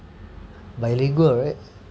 bilingual right